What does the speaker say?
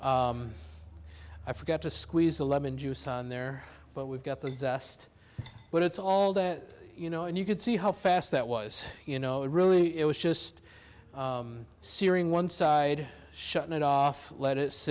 i forgot to squeeze a lemon juice on there but we've got the best but it's all that you know and you could see how fast that was you know really it was just searing one side shutting it off let